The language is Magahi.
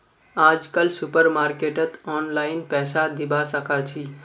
आजकल सुपरमार्केटत ऑनलाइन पैसा दिबा साकाछि